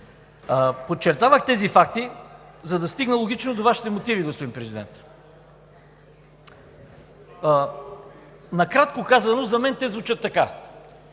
Подчертавах тези факти, за да стигна логично до Вашите мотиви, господин Президент. Накратко казано, за мен те звучат така